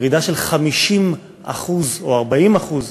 ירידה של 50% או 40%,